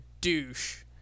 douche